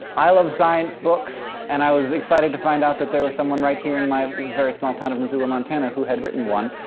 i love science books and i was excited to find out that there was someone right here in my very small town of missoula, montana who had written one.